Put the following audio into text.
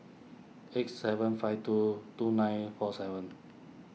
eight seven five two two nine four seven